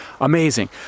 Amazing